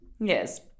Yes